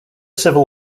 civil